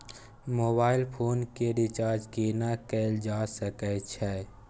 Mobile phone के recharge केना कैल जा सकै छै?